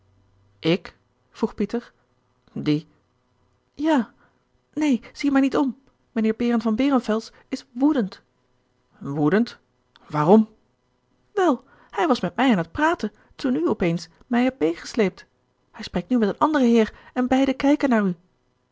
ik vroeg pieter die ja neen zie maar niet om mijnheer behren van behrenfels is woedend woedend waarom wel hij was met mij aan het praten toen u op eens mij hebt meegesleept hij spreekt nu met een anderen heer en beiden kijken naar u